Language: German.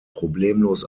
problemlos